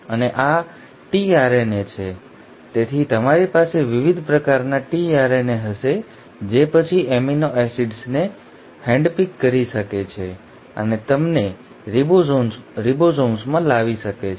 અને આ tRNA છે તેથી તમારી પાસે વિવિધ પ્રકારના tRNA હશે જે પછી એમિનો એસિડ્સને હેન્ડપીક કરી શકે છે અને તેમને રિબોસોમ્સમાં લાવી શકે છે